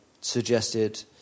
suggested